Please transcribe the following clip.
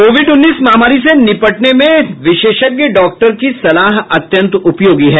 Covid उन्नीस महामारी से निपटने में विशेषज्ञ डॉक्टर की सलाह अत्यंत उपयोगी है